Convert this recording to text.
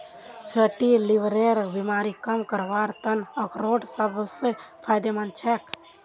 fatty लीवरेर बीमारी कम करवार त न अखरोट सबस फायदेमंद छेक